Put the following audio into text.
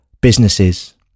businesses